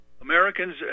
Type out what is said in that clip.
Americans